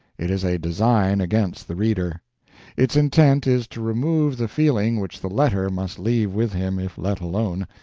it is a design against the reader its intent is to remove the feeling which the letter must leave with him if let alone,